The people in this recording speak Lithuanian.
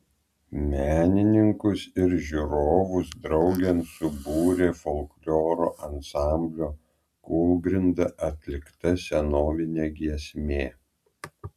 menininkus ir žiūrovus draugėn subūrė folkloro ansamblio kūlgrinda atlikta senovinė giesmė